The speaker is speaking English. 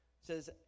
says